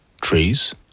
Trees